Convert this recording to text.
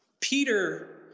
Peter